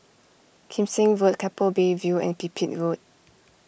Kim Seng Road Keppel Bay View and Pipit Road